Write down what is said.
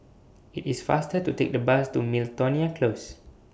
IT IS faster to Take The Bus to Miltonia Close